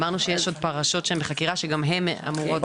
אמרנו שיש עוד פרשות שבחקיקה שגם הם אמורות להניב.